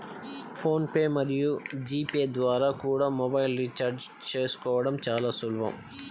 phone pay మరియు GPay ద్వారా కూడా మొబైల్ రీఛార్జి చేసుకోవడం చాలా సులభం